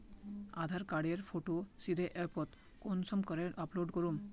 आधार कार्डेर फोटो सीधे ऐपोत कुंसम करे अपलोड करूम?